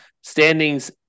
Standings